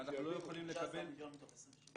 ואנחנו לא יכולים לקבל --- תן מספרים.